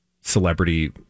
celebrity